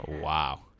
Wow